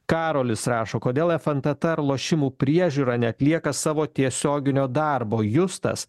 karolis rašo kodėl nftt ir lošimų priežiūra neatlieka savo tiesioginio darbo justas